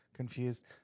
confused